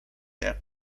jak